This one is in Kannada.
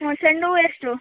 ಹ್ಞೂ ಚೆಂಡು ಹೂ ಎಷ್ಟು